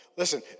listen